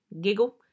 giggle